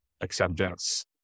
acceptance